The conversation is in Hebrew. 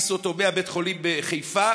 הטיסו אותו מבית חולים בחיפה,